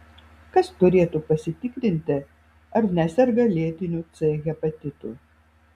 kas turėtų pasitikrinti ar neserga lėtiniu c hepatitu